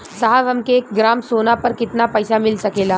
साहब हमके एक ग्रामसोना पर कितना पइसा मिल सकेला?